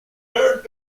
merit